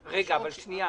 תודה.